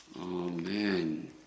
Amen